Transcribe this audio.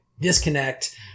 disconnect